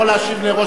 אתה יכול להשיב לראש,